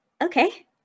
Okay